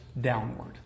downward